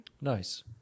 Nice